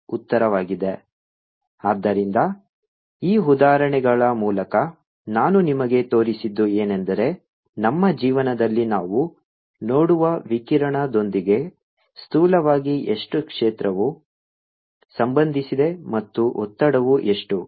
2×10 7Nm2 ಆದ್ದರಿಂದ ಈ ಉದಾಹರಣೆಗಳ ಮೂಲಕ ನಾನು ನಿಮಗೆ ತೋರಿಸಿದ್ದು ಏನೆಂದರೆ ನಮ್ಮ ಜೀವನದಲ್ಲಿ ನಾವು ನೋಡುವ ವಿಕಿರಣದೊಂದಿಗೆ ಸ್ಥೂಲವಾಗಿ ಎಷ್ಟು ಕ್ಷೇತ್ರವು ಸಂಬಂಧಿಸಿದೆ ಮತ್ತು ಒತ್ತಡವೂ ಎಷ್ಟು